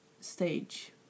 stage